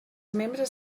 membres